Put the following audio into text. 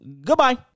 Goodbye